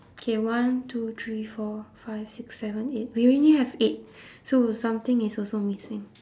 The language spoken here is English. okay one two three four five six seven eight we only have eight so something is also missing